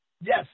Yes